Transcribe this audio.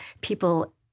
people